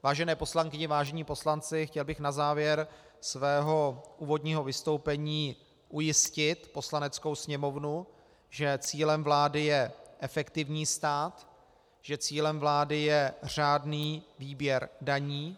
Vážené poslankyně, vážení poslanci, chtěl bych na závěr svého úvodního vystoupení ujistit Poslaneckou sněmovnu, že cílem vlády je efektivní stát, že cílem vlády je řádný výběr daní.